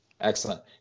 Excellent